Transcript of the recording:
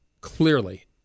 Clearly